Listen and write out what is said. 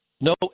no